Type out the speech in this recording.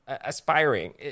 aspiring